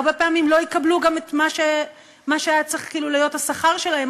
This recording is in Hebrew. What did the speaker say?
הרבה פעמים לא יקבלו גם את מה שהיה צריך להיות השכר שלהם,